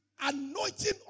anointing